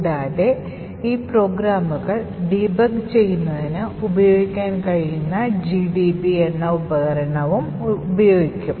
കൂടാതെ ഈ പ്രോഗ്രാമുകൾ ഡീബഗ് ചെയ്യുന്നതിന് ഉപയോഗിക്കാൻ കഴിയുന്ന GDB എന്ന ഉപകരണവും ഉപയോഗിക്കും